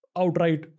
outright